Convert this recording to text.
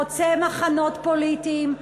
חוצה מחנות פוליטיים,